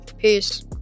Peace